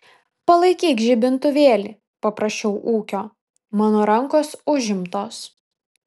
palaikyk žibintuvėlį paprašiau ūkio mano rankos užimtos